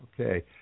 Okay